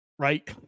right